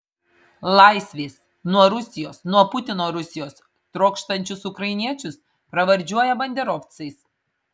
laisvės nuo rusijos nuo putino rusijos trokštančius ukrainiečius pravardžiuoja banderovcais